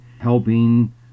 helping